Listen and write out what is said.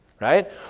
right